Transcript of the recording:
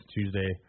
Tuesday